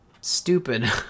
stupid